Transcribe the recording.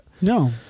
no